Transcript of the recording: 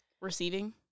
receiving